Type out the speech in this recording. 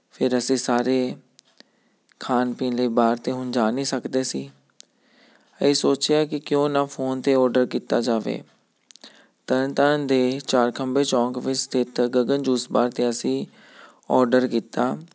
ਫਿਰ ਅਸੀਂ ਸਾਰੇ ਖਾਣ ਪੀਣ ਲਈ ਬਾਹਰ ਤਾਂ ਹੁਣ ਜਾ ਨਹੀਂ ਸਕਦੇ ਸੀ ਅਸੀਂ ਸੋਚਿਆ ਕਿ ਕਿਉਂ ਨਾ ਫੋਨ 'ਤੇ ਔਡਰ ਕੀਤਾ ਜਾਵੇ ਤਰਨ ਤਾਰਨ ਦੇ ਚਾਰ ਖੰਬੇ ਚੌਂਕ ਵਿੱਚ ਸਥਿਤ ਗਗਨ ਜੂਸ ਬਾਰ 'ਤੇ ਅਸੀਂ ਔਡਰ ਕੀਤਾ